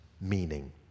meaning